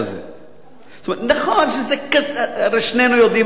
הרי שנינו יודעים, אדוני השר, במה דברים אמורים.